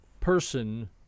person